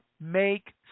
make